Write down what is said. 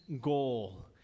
goal